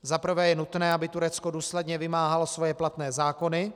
Za prvé je nutné, aby Turecko důsledně vymáhalo svoje platné zákony.